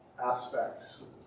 Aspects